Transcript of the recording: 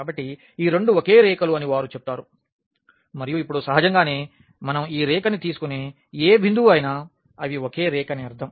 కాబట్టి ఈ రెండు ఒకే రేఖలు అని వారు చెప్తారు మరియు ఇప్పుడు సహజంగానే మనం ఈ రేఖని తీసుకునే ఏ బిందువు అయినా అది ఒకే రేఖ అని అర్ధం